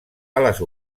ales